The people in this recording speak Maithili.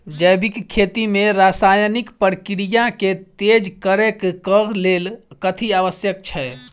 जैविक खेती मे रासायनिक प्रक्रिया केँ तेज करै केँ कऽ लेल कथी आवश्यक छै?